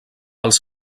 als